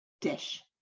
dish